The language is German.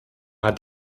hat